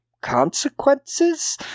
consequences